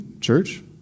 church